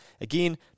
Again